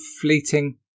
fleeting